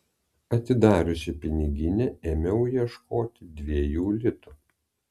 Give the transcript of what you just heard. atidariusi piniginę ėmiau ieškoti dviejų litų